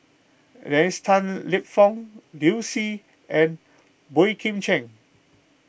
Dennis Tan Lip Fong Liu Si and Boey Kim Cheng